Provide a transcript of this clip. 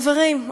חברים,